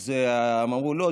אז הם אמרו: לא,